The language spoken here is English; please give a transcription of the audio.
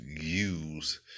use